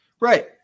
Right